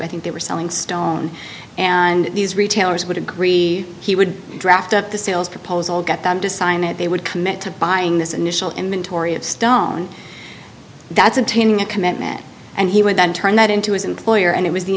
i think they were selling stone and these retailers would agree he would draft up the sales proposal get them to sign it they would commit to buying this initial inventory of stone that's attaining a commitment and he would then turn that into his employer and it was the